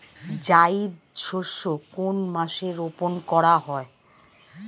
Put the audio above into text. জায়িদ শস্য কোন মাসে রোপণ করা হয়?